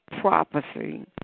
prophecy